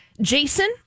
Jason